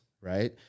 right